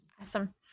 awesome